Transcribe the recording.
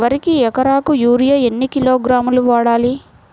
వరికి ఎకరాకు యూరియా ఎన్ని కిలోగ్రాములు వాడాలి?